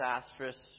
disastrous